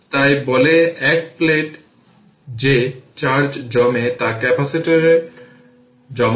তাই বলে এক প্লেটে যে চার্জ জমে তা ক্যাপাসিটরে জমা হয়